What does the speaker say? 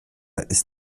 ist